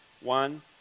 One